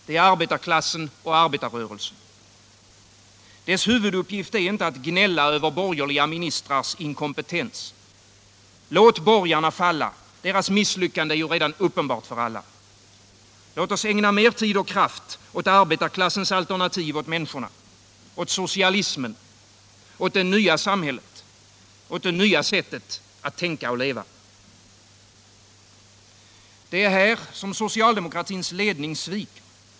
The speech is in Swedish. Det är arbetarklassen och arbetarrörelsen. Dess uppgift är inte att gnälla över borgerliga ministrars inkompetens. Låt borgarna falla; deras misslyckande är redan uppenbart för alla. Låt oss ägna tid och kraft åt arbetarklassens alternativ åt människorna. Åt socialismen. Åt det nya samhället. Åt det nya sättet att leva. Det är här socialdemokratins ledning svikit.